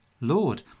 Lord